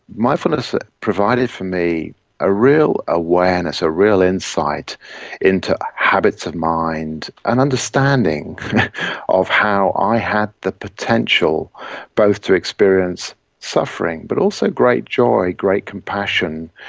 mindfulness provided for me a real awareness, a real insight into habits of mind, an understanding of how i had the potential both to experience suffering but also great joy, great compassion,